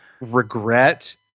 regret